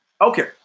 Okay